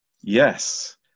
yes